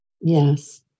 yes